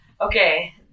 Okay